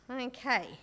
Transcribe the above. Okay